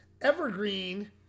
evergreen